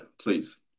please